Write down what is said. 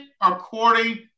according